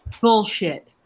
Bullshit